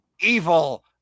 evil